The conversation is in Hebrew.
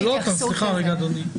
עוד פעם, סליחה רגע, אדוני.